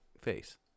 face